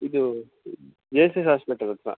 ಇದು J S S hospital ಹತ್ರ